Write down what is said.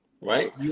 right